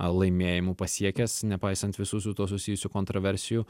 laimėjimų pasiekęs nepaisant visų su tuo susijusių kontroversijų